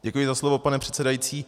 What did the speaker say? Děkuji za slovo, pane předsedající.